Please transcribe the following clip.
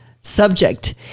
subject